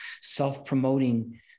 self-promoting